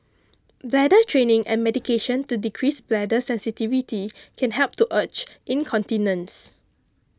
bladder training and medication to decrease bladder sensitivity can help to urge incontinence